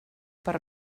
per